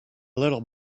little